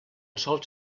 sols